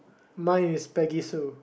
mine is Peggy Sue